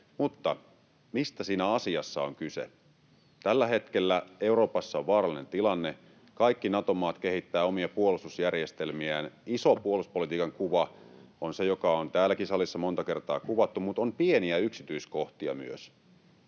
Mutta mistä siinä asiassa on kyse? Tällä hetkellä Euroopassa on vaarallinen tilanne. Kaikki Nato-maat kehittävät omia puolustusjärjestelmiään, ja iso puolustuspolitiikan kuva on se, joka on täälläkin salissa monta kertaa kuvattu, mutta on myös pieniä yksityiskohtia,